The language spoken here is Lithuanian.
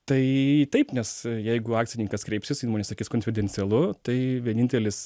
tai taip nes jeigu akcininkas kreipsis įmonė sakys konfidencialu tai vienintelis